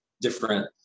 different